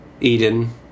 Eden